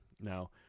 Now